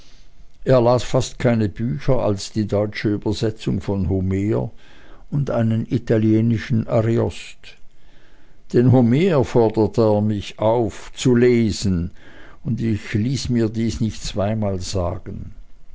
er las fast keine bücher als die deutsche übersetzung von homer und einen italienischen ariost den homer forderte er mich auf zu lesen und ich ließ mir dies nicht zweimal sagen